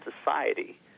society